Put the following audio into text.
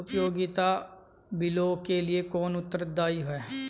उपयोगिता बिलों के लिए कौन उत्तरदायी है?